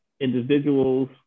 individuals